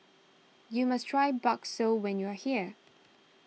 you must try Bakso when you are here